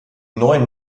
neuen